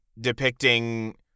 depicting